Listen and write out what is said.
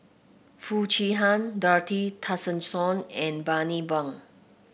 Foo Chee Han Dorothy Tessensohn and Bani Buang